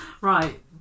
Right